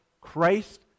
Christ